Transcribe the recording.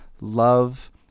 love